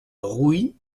rouit